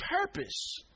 purpose